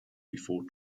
before